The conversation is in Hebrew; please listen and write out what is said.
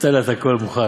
אני אתן לה את הכול מוכן,